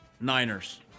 Niners